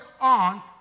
on